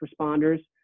responders